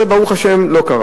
זה, ברוך השם, לא קרה.